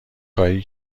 خواهی